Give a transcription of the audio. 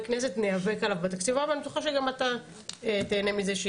כנסת נאבק עליו בתקציב הבא ואני בטוחה שגם אתה תהנה מזה,